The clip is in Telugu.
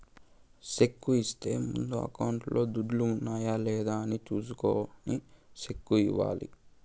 సెక్కు ఇచ్చే ముందు అకౌంట్లో దుడ్లు ఉన్నాయా లేదా అని చూసుకొని సెక్కు ఇవ్వాలి